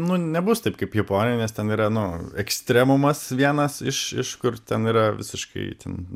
nu nebus taip kaip japonijoj nes ten yra nu ekstremumas vienas iš iš kur ten yra visiškai ten